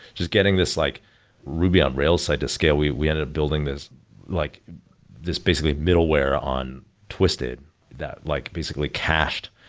just getting this like ruby on rails site to scale, we we ended up building this like this basically middleware on twisted that like basically cache,